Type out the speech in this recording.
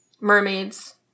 mermaids